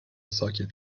ساکت